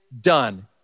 done